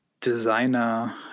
Designer